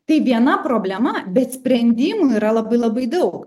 tai viena problema bet sprendimų yra labai labai daug